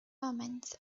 omens